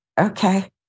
Okay